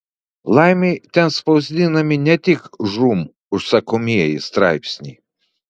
laimei ten spausdinami ne tik žūm užsakomieji straipsniai